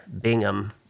Bingham